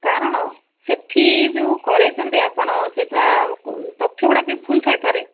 କାରଣ ସେଠି ଯେଉଁ କରାଇଛନ୍ତି ଆପଣ ସେଇଟା ତଥ୍ୟ ଗୁ଼ଡ଼ାକ ବି ଭୁଲ ଥାଇପାରେ